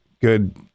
good